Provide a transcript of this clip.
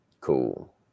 cool